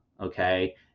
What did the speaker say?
Okay